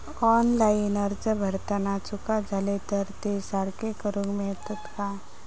Online अर्ज भरताना चुका जाले तर ते सारके करुक मेळतत काय?